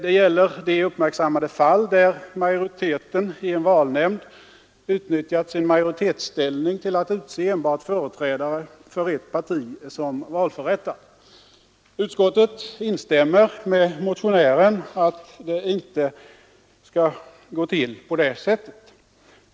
Det gäller de uppmärksammade fall där majoriteten i en valnämnd utnyttjat sin majoritetsställning till att utse enbart företrädare för ett parti som valförrättare. Utskottet instämmer med motionären i att det inte skall gå till på det sättet.